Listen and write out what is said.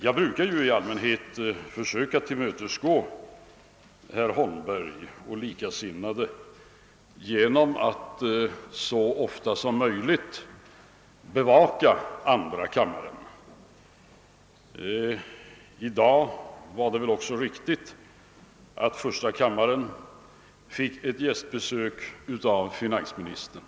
Jag brukar ju i allmänhet försöka tillmötesgå herr Holmberg och likasinnade genom att så ofta som möjligt bevaka andra kammaren. I dag var det väl också riktigt, att första kammaren fick ett gästbesök av finansministern.